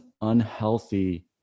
unhealthy